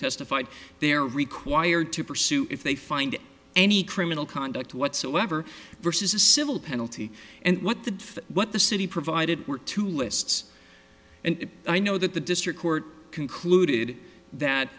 testified they're required to pursue if they find any criminal conduct whatsoever versus a civil penalty and what the what the city provided were two lists and i know that the district court concluded that